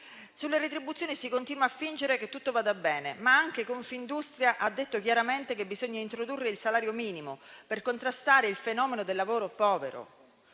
Sulle retribuzioni si continua a fingere che tutto vada bene, ma anche Confindustria ha detto chiaramente che bisogna introdurre il salario minimo per contrastare il fenomeno del lavoro povero